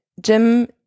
Jim